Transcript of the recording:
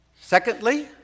Secondly